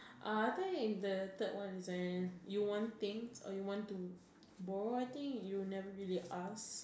uh I think the third one is when you want thing or you want to borrow a thing you never really ask